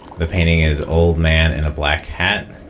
the painting is old man in a black hat,